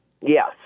Yes